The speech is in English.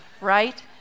right